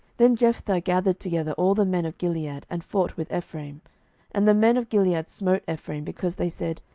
then jephthah gathered together all the men of gilead, and fought with ephraim and the men of gilead smote ephraim, because they said,